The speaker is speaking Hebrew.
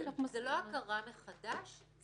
זה לא הכרה מחדש.